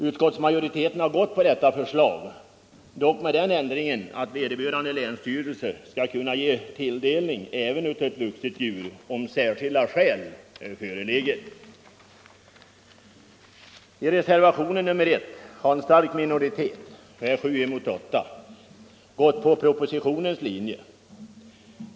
Utskottsmajoriteten har gått på det förslaget, dock med den ändringen att vederbörande länsstyrelse skall kunna ge tilldelning även av ett vuxet djur om särskilda skäl föreligger. I reservationen 1 har en stark minoritet — 7 mot 8 — gått på propositionens linje.